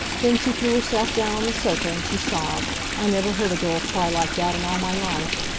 then she threw herself down on the sofa and she sobbed i never heard a girl cry like that in all my life.